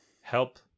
help